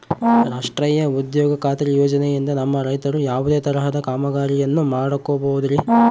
ರಾಷ್ಟ್ರೇಯ ಉದ್ಯೋಗ ಖಾತ್ರಿ ಯೋಜನೆಯಿಂದ ನಮ್ಮ ರೈತರು ಯಾವುದೇ ತರಹದ ಕಾಮಗಾರಿಯನ್ನು ಮಾಡ್ಕೋಬಹುದ್ರಿ?